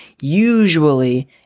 usually